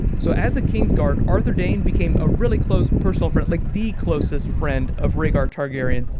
so, as a kingsguard, arthur dayne became a really close personal friend like the closest friend of rhaegar targaryen.